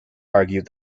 argued